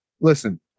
listen